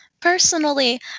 Personally